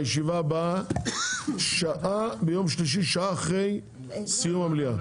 הישיבה הבאה ביום שלישי שעה אחרי סיום המליאה.